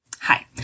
Hi